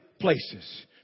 places